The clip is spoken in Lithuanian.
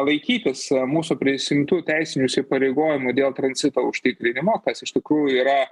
laikytis mūsų prisiimtų teisinių įsipareigojimų dėl tranzito užtikrinimo kas iš tikrųjų yra